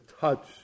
touch